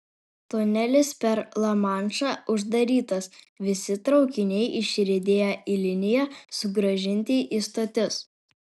tunelis per lamanšą uždarytas visi traukiniai išriedėję į liniją sugrąžinti į stotis